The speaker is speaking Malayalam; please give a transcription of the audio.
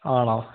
ആണോ